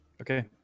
okay